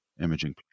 imaging